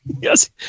Yes